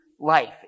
life